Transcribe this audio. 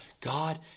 God